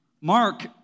Mark